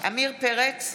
עמיר פרץ,